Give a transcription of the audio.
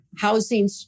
housing